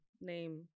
name